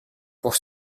pour